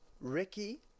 Ricky